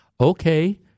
okay